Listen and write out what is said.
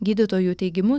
gydytojų teigimu